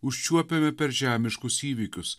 užčiuopiame per žemiškus įvykius